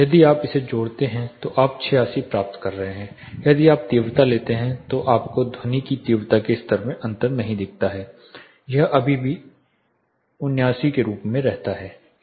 यदि आप इसे जोड़ते हैं तो आप 86 प्राप्त कर रहे हैं यदि आप तीव्रता लेते हैं तो आपको ध्वनि की तीव्रता के स्तर में अंतर नहीं दिखता है यह अभी भी 89 के रूप में रहता है